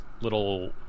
little